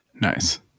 Nice